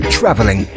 traveling